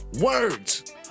words